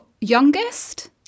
youngest